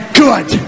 good